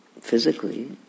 physically